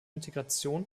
integration